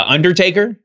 Undertaker